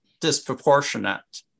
disproportionate